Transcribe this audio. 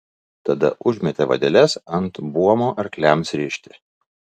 tada užmetė vadeles ant buomo arkliams rišti